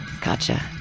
Gotcha